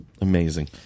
Amazing